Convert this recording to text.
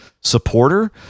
supporter